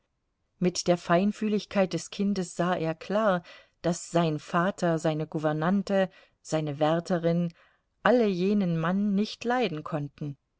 mit der feinfühligkeit des kindes sah er klar daß sein vater seine gouvernante seine wärterin alle jenen mann nicht leiden konnten